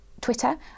Twitter